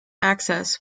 access